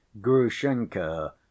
grushenka